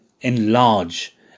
enlarge